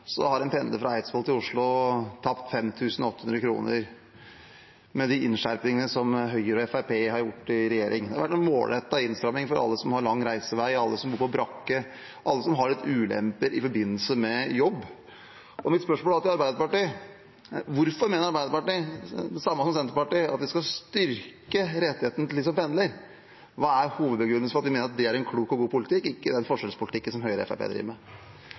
Høyre og Fremskrittspartiet har gjort i regjering. Det har vært en målrettet innstramming for alle som har lang reisevei, alle som bor i brakker, alle som har litt ulemper i forbindelse med jobb. Mine spørsmål til Arbeiderpartiet er: Hvorfor mener Arbeiderpartiet, som Senterpartiet, at man skal styrke rettighetene til dem som pendler? Hva er hovedbegrunnelsen for at vi mener at det er en klok og god politikk – ikke den forskjellspolitikken som Høyre og Fremskrittspartiet driver med?